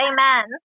Amen